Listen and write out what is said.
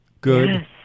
Good